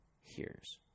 hears